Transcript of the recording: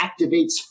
activates